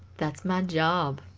that's my job